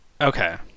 Okay